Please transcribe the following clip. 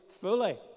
fully